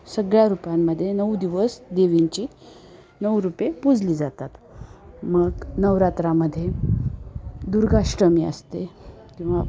सगळ्या रूपांमध्ये नऊ दिवस देवींची नऊ रुपे पुजली जातात मग नवरात्रामध्ये दुर्गाष्टमी असते किंवा